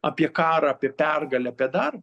apie karą apie pergalę dar